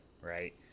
right